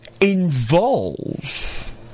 involve